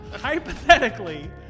Hypothetically